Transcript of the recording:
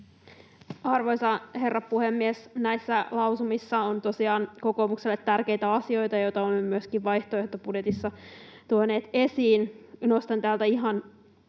Arvoisa herra puhemies! Näissä lausumissa on tosiaan kokoomukselle tärkeitä asioita, joita olemme myöskin vaihtoehtobudjetissa tuoneet esiin. Nostan täältä ihan